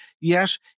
Yes